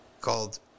called